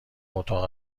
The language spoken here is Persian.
اتاق